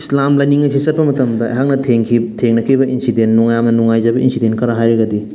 ꯏꯁꯂꯥꯝ ꯂꯥꯏꯅꯤꯡ ꯑꯁꯦ ꯆꯠꯄ ꯃꯇꯝꯗ ꯑꯩꯍꯥꯛꯅ ꯊꯦꯡꯈꯤꯕ ꯊꯦꯡꯅꯈꯤꯕ ꯏꯟꯁꯤꯗꯦꯟ ꯌꯥꯝꯅ ꯅꯨꯡꯉꯥꯏꯖꯕ ꯏꯟꯁꯤꯗꯦꯟ ꯈꯔ ꯍꯥꯏꯔꯒꯗꯤ